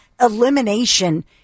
elimination